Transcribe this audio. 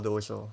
those lor